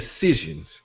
decisions